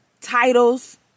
titles